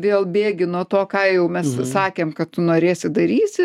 vėl bėgi nuo to ką jau mes sakėm kad tu norėsi darysi